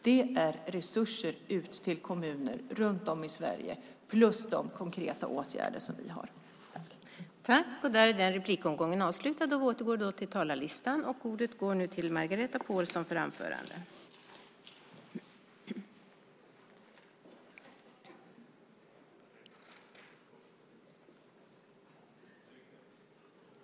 Det är resurser ut till kommuner runt om i landet plus de konkreta åtgärder som vi har.